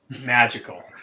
Magical